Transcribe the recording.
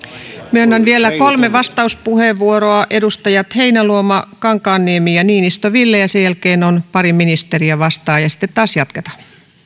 myönnän vielä kolme vastauspuheenvuoroa edustajat heinäluoma kankaanniemi ja niinistö ville ja sen jälkeen pari ministeriä vastaa ja sitten taas jatketaan